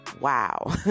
wow